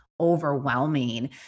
overwhelming